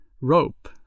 Rope